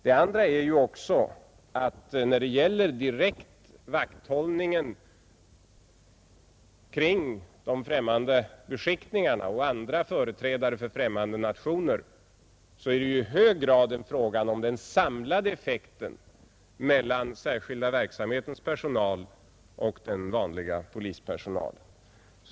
Det andra är att när det direkt gäller vakthållningen kring de främmande beskickningarna och andra företrädare för främmande nationer är det i hög grad fråga om den samlade effekten från särskilda verksamhetens personal och den vanliga polispersonalen.